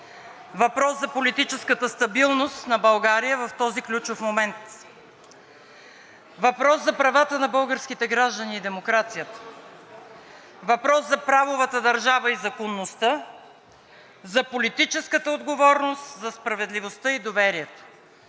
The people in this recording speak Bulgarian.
въпрос за политическата стабилност на България в този ключов момент, въпрос за правата на българските граждани и демокрацията, въпрос за правовата държава и законността, за политическата отговорност, за справедливостта и доверието.